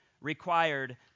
required